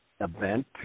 event